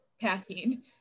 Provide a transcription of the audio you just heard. packing